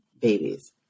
babies